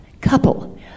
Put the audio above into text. couple